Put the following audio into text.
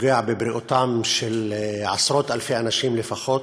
שפוגע בבריאותם של עשרות-אלפי אנשים לפחות.